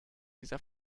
dieser